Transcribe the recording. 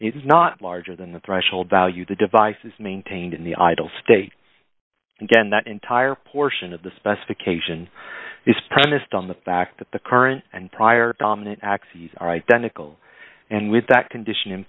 is not larger than the threshold value the device is maintained in the idle state again that entire portion of the specification is premised on the fact that the current and prior dominant axes are identical and with that condition